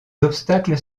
obstacles